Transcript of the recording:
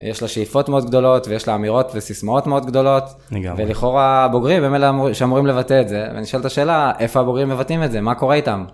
יש לה שאיפות מאוד גדולות ויש לה אמירות וסיסמאות מאוד גדולות, ולכאורה הבוגרים הם אלה שאמורים לבטא את זה, ונשאלת השאלה, איפה הבוגרים מבטאים את זה, מה קורה איתם?